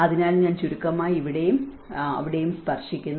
അതിനാൽ ഞാൻ ചുരുക്കമായി ഇവിടെയും ഇവിടെയും സ്പർശിക്കുന്നു